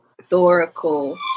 historical